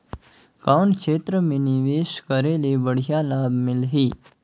कौन क्षेत्र मे निवेश करे ले बढ़िया लाभ मिलही?